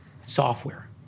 Software